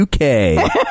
UK